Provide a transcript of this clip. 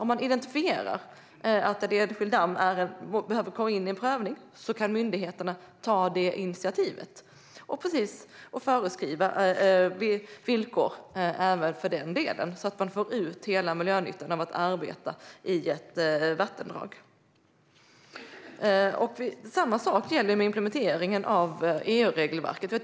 Om man bedömer att en enskild damm behöver komma in i en prövning kan myndigheterna ta det initiativet och föreskriva villkor även för den delen, så att man får ut hela miljönyttan av att arbeta i ett vattendrag. Samma sak gäller implementeringen av EU-regelverket.